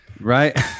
Right